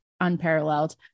unparalleled